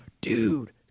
dude